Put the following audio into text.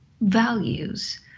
values